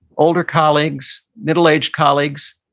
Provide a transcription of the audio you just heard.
older colleagues, middle-aged colleagues.